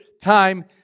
time